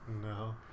No